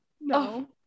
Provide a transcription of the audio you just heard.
No